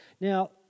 Now